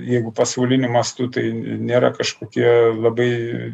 jeigu pasauliniu mastu tai nėra kažkokie labai